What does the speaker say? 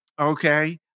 Okay